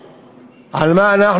על מה תוכו?